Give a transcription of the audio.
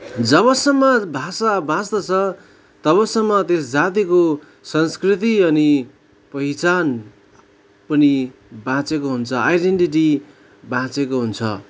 जबसम्म भाषा बाँच्दछ तबसम्म त्यस जातिको संस्कृति अनि पहिचान पनि बाँचेको हुन्छ आइडेनटिटी बाँचेको हुन्छ